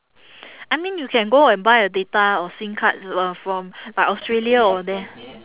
I mean you can go and buy a data or S_I_M-card uh from like australia or there